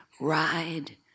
ride